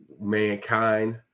mankind